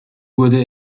wurde